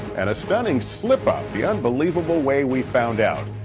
and a stunning slip-up, the unbelievable way we found out.